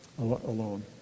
alone